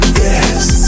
yes